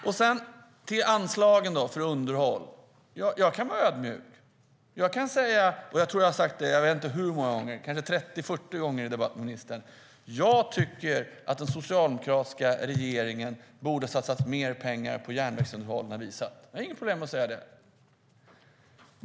När det gäller anslagen för underhåll kan jag vara ödmjuk. Jag kan säga - och jag tror att har sagt det kanske 30-40 gånger i debatt med ministern - att jag tycker att den socialdemokratiska regeringen borde ha satsat mer pengar på järnvägsunderhåll. Jag har inget problem med att säga det.